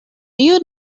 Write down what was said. you